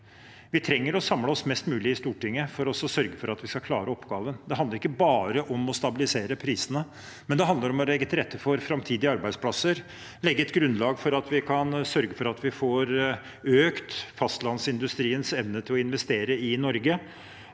Vi trenger å samle oss mest mulig i Stortinget for å sørge for at vi klarer oppgaven. Det handler ikke bare om å stabilisere prisene, det handler om å legge til rette for framtidige arbeidsplasser, legge et grunnlag for å sørge for at vi får økt fastlandsindustriens evne til å investere i Norge,